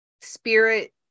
spirit